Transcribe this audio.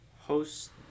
host